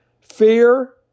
Fear